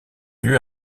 lieu